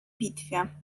bitwie